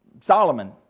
Solomon